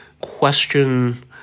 question